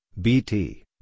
B-T